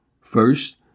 First